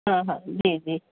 हा हा जी जी